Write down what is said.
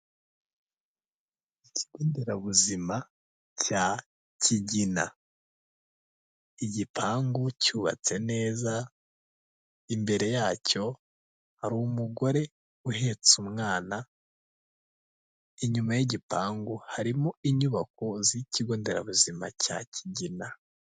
Ikigo nderabuzima cya Kigina igipangu cyubatse neza, imbere yacyo hari umugore uhetse umwana, inyuma y'igipangu harimo inyubako z'ikigo nderabuzima cya Kigina.